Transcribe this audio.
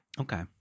Okay